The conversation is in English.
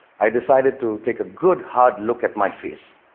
i decided to take a good, hard look at my face.